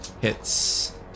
hits